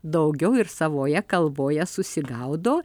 daugiau ir savoje kalboje susigaudo